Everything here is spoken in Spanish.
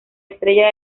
estrella